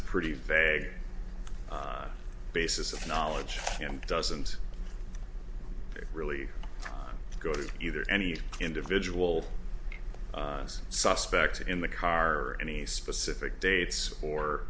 a pretty vague basis of knowledge and doesn't really go to either any individual suspects in the car or any specific dates or